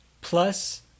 plus